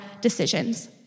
decisions